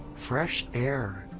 fresh air,